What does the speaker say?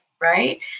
Right